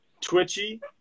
twitchy